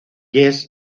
jesse